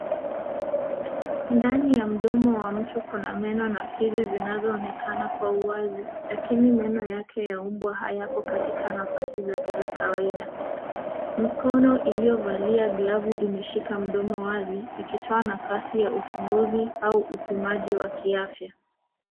Ndani ya mdomo wa mtu kuna meno na fizi zinazoonekana kwa uwazi, lakini meno yake ya mbwa hayapo katika nafasi zake za kawaida. Mikono iliovaa glavu imeshika mdomo wazi, ikito nafasi ya uchunguzi au upimaji wa kiafya.